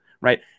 right